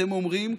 אתם אומרים,